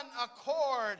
accord